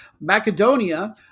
Macedonia